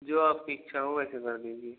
जो आपकी इच्छा हो वैसे कर दीजिए